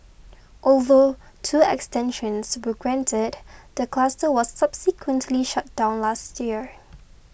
although two extensions were granted the cluster was subsequently shut down last year